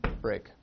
break